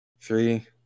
three